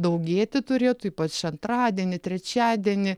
daugėti turėtų ypač antradienį trečiadienį